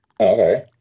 Okay